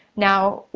now,